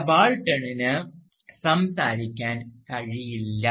സബാൾട്ടണിന് സംസാരിക്കാൻ കഴിയില്ല